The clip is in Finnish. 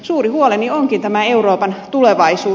suuri huoleni onkin euroopan tulevaisuus